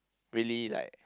really like